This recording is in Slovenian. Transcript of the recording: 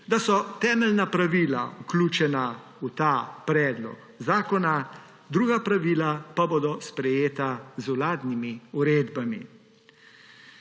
da so temeljna pravila vključena v ta predlog zakona, druga pravila pa bodo sprejeta z vladnimi uredbami.